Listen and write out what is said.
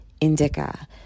indica